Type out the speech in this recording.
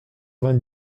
vingt